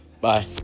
Bye